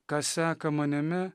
kas seka manimi